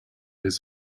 his